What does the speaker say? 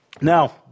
Now